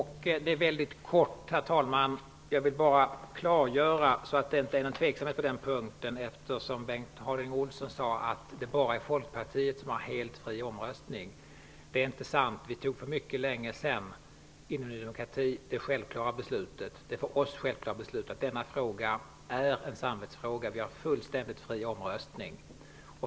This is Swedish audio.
Herr talman! Jag vill mycket kort bara göra ett klarläggande för att ingen tveksamhet skall råda. Bengt Harding Olson sade att det bara är Folkpartiet som har helt fri röstning. Det är inte sant. Vi fattade i Ny demokrati för mycket länge sedan det för oss självklara beslutet att denna fråga är en samvetsfråga. Vi har en fullständigt fri röstning.